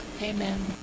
Amen